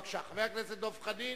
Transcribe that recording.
בבקשה, חבר הכנסת דב חנין.